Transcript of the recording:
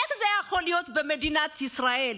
איך זה יכול להיות במדינת ישראל,